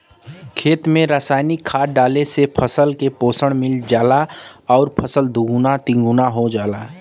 खेत में रासायनिक खाद डालले से फसल के पोषण मिल जाला आउर फसल दुगुना तिगुना हो जाला